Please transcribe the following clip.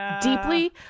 deeply